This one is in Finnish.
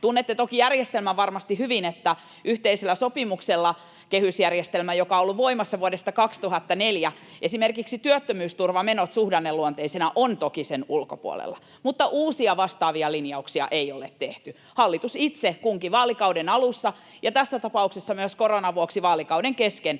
Tunnette toki järjestelmän varmasti hyvin ja sen, että yhteisellä sopimuksella — kehysjärjestelmä on ollut voimassa vuodesta 2004 — esimerkiksi työttömyysturvamenot suhdanneluonteisina ovat sen ulkopuolella. Mutta uusia vastaavia linjauksia ei ole tehty. Hallitus itse kunkin vaalikauden alussa ja tässä tapauksessa myös koronan vuoksi kesken vaalikauden teki